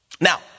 Now